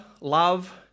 love